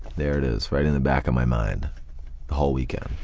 there it is, right in the back of my mind the whole weekend.